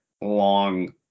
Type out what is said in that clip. long